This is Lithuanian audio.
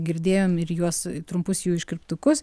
girdėjom ir juos trumpus jų iškirptukus